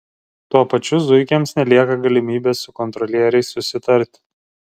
tuo pačiu zuikiams nelieka galimybės su kontrolieriais susitarti